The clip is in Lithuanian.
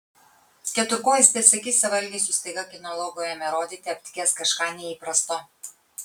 keturkojis pėdsekys savo elgesiu staiga kinologui ėmė rodyti aptikęs kažką neįprasto